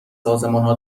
سازمانها